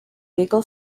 legal